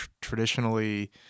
traditionally